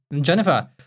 Jennifer